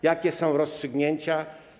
Jakie są rozstrzygnięcia?